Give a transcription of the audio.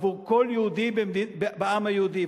עבור כל יהודי בעם היהודי.